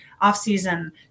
off-season